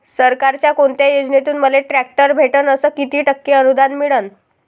सरकारच्या कोनत्या योजनेतून मले ट्रॅक्टर भेटन अस किती टक्के अनुदान मिळन?